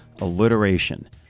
alliteration